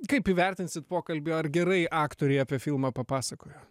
kaip įvertinsit pokalbį ar gerai aktoriai apie filmą papasakojo